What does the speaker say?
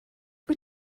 wyt